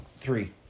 three